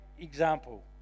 example